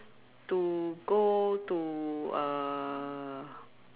to go to uh